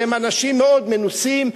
שהם אנשים מאוד מנוסים,